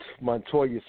Montoya